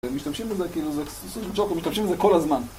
משתמשים בזה כל הזמן.